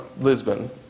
Lisbon